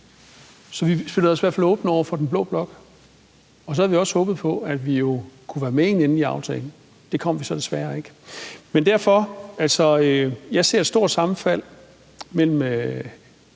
os i hvert fald åbne over for den blå blok, og så havde vi jo også håbet på, at vi kunne være med i en endelig aftale. Det kom vi så desværre ikke. Men jeg ser et stort sammenfald eller